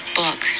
book